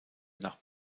nach